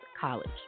College